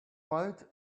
white